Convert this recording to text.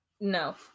no